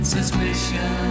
Suspicion